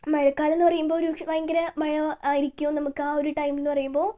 മഴക്കാലം എന്നു പറയുമ്പോൾ ഒരു ഭയങ്കര മഴ ആയിരിക്കും നമുക്ക് ആ ഒരു ടൈം എന്നു പറയുമ്പോൾ